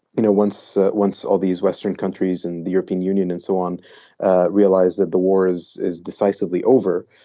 you know, once once all these western countries and the european union and so on realize that the war is is decisively over,